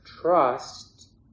trust